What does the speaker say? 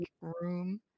room